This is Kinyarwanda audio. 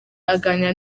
aganira